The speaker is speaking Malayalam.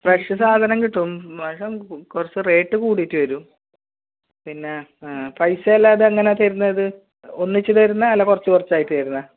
ഫ്രഷ് സാധനം കിട്ടും പക്ഷേ കുറച്ച് റേറ്റ് കൂടിയിട്ട് തരും പിന്നാ പൈസ അല്ലാതെ എങ്ങനെയാണ് തരുന്നത് ഒന്നിച്ച് തരുന്നോ അല്ല കുറച്ച് കുറച്ചായിട്ട് തരുന്നോ